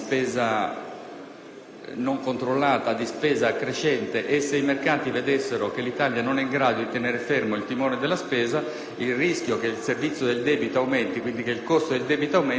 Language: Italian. non controllata, di spesa crescente, e se i mercati vedessero che l'Italia non è in grado di tener fermo il timone della spesa, il rischio che il servizio del debito (cioè il costo del debito) aumenti, sarebbe molto alto.